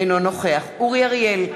אינו נוכח אורי אריאל,